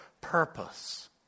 purpose